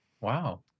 wow